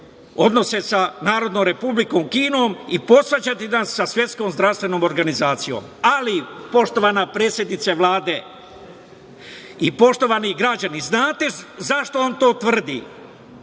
odnose sa Narodnom Republikom Kinom i posvađati nas sa Svetskom zdravstvenom organizacijom. Ali, poštovana predsednice Vlade i poštovani građani, znate zašto on to tvrdi